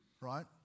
Right